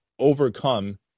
overcome